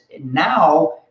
now